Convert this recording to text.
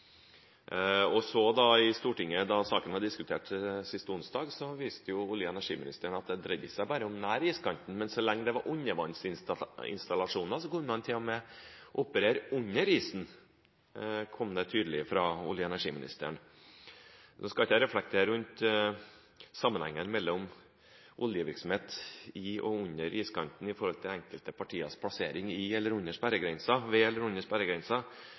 Da saken ble diskutert i Stortinget sist onsdag, viste olje- og energiministeren at det ikke bare dreide seg om nær iskanten, men at så lenge det var snakk om undervannsinstallasjoner, kunne man til og med operere under isen. Dette kom tydelig fra olje- og energiministeren. Nå skal ikke jeg reflektere over sammenhengen mellom oljevirksomhet i og under iskanten i forhold til enkelte partiers plassering ved eller under